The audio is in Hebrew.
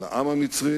לעם המצרי